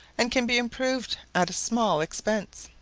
and can be improved at a small expense,